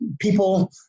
People